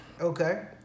Okay